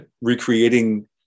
recreating